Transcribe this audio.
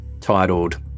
Titled